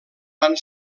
van